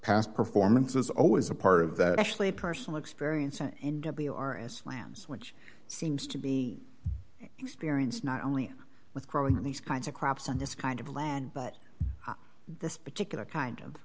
past performance is always a part of that actually personal experience and or as slams which seems to be experienced not only with growing these kinds of crops on this kind of land but this particular kind of